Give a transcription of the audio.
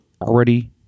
already